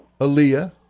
Aaliyah